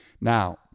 Now